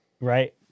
right